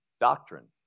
Doctrine